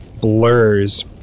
blurs